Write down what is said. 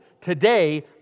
today